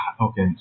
okay